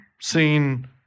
seen